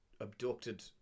abducted